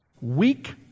weak